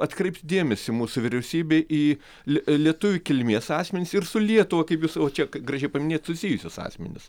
atkreipti dėmesį mūsų vyriausybei į lie lietuvių kilmės asmenis ir su lietuva kaip jūs vo čia kaip gražiai paminėjot susijusius asmenis